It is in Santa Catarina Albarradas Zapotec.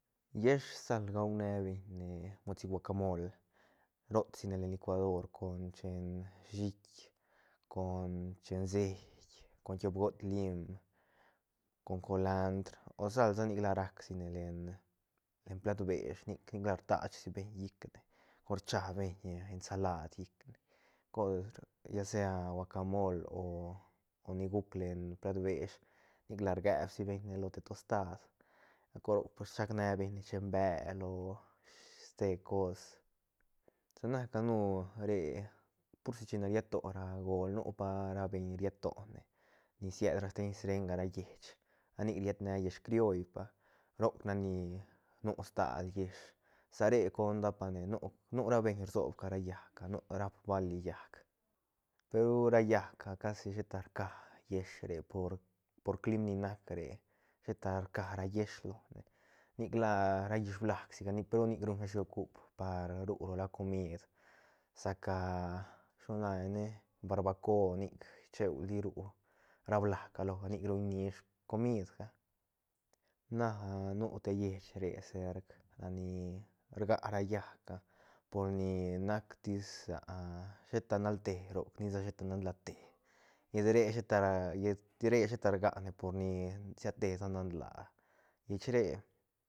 Yiësh sal gaune beñne sic te guacamol rot si ne len licuador con chen shiiht con chen seit con tiop got lim con colandr o sal sa nic la rac si ne len plat besh nic nic la rtashibeñ llicne con rchabeñ ensalad llicne con lla sea guacamol o ni guc len plat behs nic la rgeb sibeñ lo te tostad gal cor roc rchac nebeñ ne chen bel o ste cos sa na canu re pur si china riet to ra göl nu pa ra beiñ ni riet to ne ni siedra srenga ra lleich ra nic ried ne yiësh crioll pa roc nac ni nu stal yiësh sa re conda pane nu- nu ra beñ rsobca ra llaäca nu rap bali llaäc pe ru ra llaäca casi sheta rca yiësh re por- por clim ni nac re sheta rca ra yiësh lone nic la ra llis blajsi gal peru nic ruñ rashi ocup par ru ra comid sa ca shilo la ne ne barbaco nic cheuli ru ra blajca loga nic ruñ nish comidga na nu te lleich re serc a ni rga ra llaäcga por ni nac tis sheta nal te roc nisa sheta nan laa te llet re sheta llet re sheta rgane por ni siat tesa nan laa lleich re